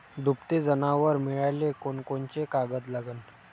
दुभते जनावरं मिळाले कोनकोनचे कागद लागन?